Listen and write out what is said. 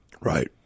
right